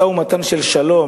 משא-ומתן של שלום,